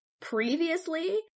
previously